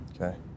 Okay